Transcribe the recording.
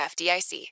fdic